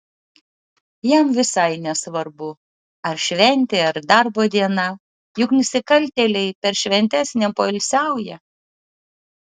jam visai nesvarbu ar šventė ar darbo diena juk nusikaltėliai per šventes nepoilsiauja